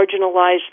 marginalized